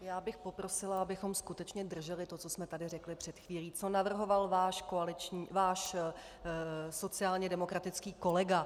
Já bych poprosila, abychom skutečně drželi to, co jsme tady řekli před chvílí, co navrhoval váš sociálně demokratický kolega.